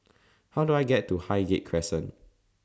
How Do I get to Highgate Crescent